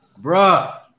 Bruh